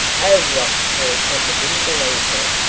oh, rot! harry kember didn't believe her.